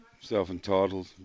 self-entitled